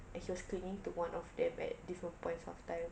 and he was clinging to one of them at different points of time